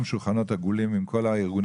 גם לקיים שולחנות עגולים עם כל הארגונים